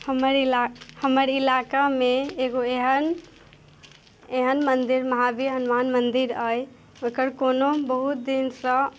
हमर इला हमर इलाकामे एगो एहन एहन मन्दिर महाबी हनुमान मन्दिर अइ ओकर कोनो बहुत दिनसँ